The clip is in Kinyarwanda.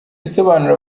bisobanuro